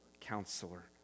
counselor